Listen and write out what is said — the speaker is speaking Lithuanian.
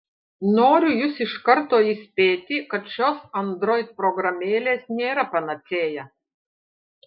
noriu jus iš karto įspėti kad šios android programėlės nėra panacėja